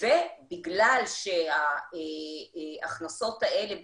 ובגלל שההכנסות האלה,